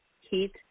heat